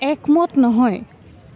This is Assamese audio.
একমত নহয়